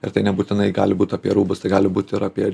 ir tai nebūtinai gali būt apie rūbus tai gali būt ir apie